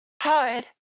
hard